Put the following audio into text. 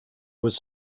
was